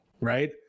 Right